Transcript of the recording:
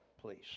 please